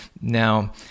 now